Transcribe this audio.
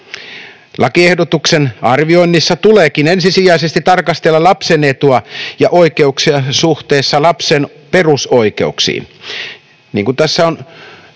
Lakiehdotuksen arvioinnissa tuleekin ensisijaisesti tarkastella lapsen etua ja oikeuksia suhteessa lapsen perusoikeuksiin.